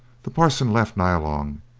the parson left nyalong,